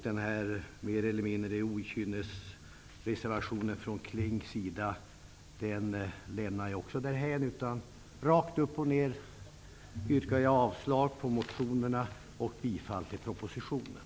Klings mer eller mindre okynnesreservation lämnar jag också därhän. Jag yrkar rakt upp och ner avslag på motionerna och bifall till utskottets hemställan.